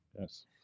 Yes